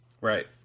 Right